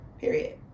period